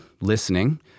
listening